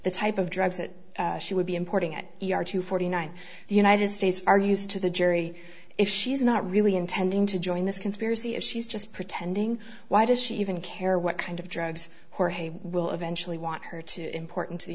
the type of drugs that she would be importing at two forty nine the united states are used to the jury if she's not really intending to join this conspiracy if she's just pretending why does she even care what kind of drugs jorge will eventually want her to important to the